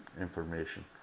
information